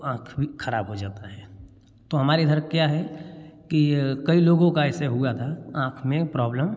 आँख भी खराब हो जाता है तो हमारे इधर क्या है कि कई लोगों का ऐसे हुआ था आँख में प्रॉब्लम